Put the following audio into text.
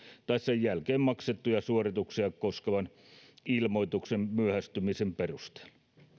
tai sen jälkeen maksettuja suorituksia koskevan ilmoituksen myöhästymisen perusteella